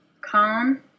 calm